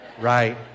right